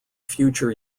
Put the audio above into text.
future